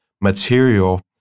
material